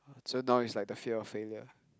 so now is like the fear of failure